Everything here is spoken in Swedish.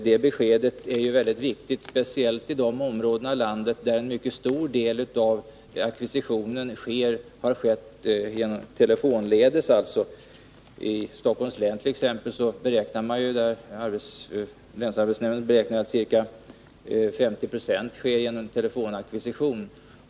Det beskedet är väldigt viktigt, speciellt i de områden i landet där en mycket stor del av ackvisitionen har skett telefonledes. I Stockholms län t.ex. beräknar länsarbetsnämnden att ca 50 90 sker genom telefonackvisition.